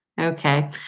Okay